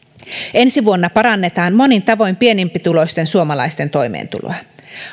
ensi vuonna parannetaan monin tavoin pienempituloisten suomalaisten toimeentuloa